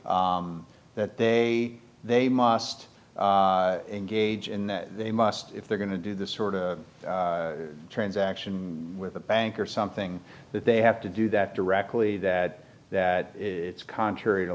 that they they must engage in that they must if they're going to do this sort of transaction with a bank or something that they have to do that directly that that it's contrary to